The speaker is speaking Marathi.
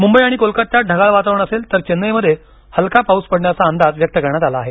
मुंबई आणि कोलकत्यात ढगाळ वातावरण असेल तर चेन्नईमध्ये हलका पाऊस पडण्याचा अंदाज व्यक्त करण्यात आला आहे